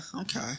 okay